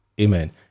Amen